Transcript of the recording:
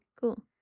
Cool